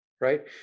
right